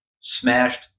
smashed